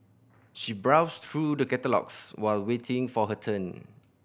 she browsed through the catalogues while waiting for her turn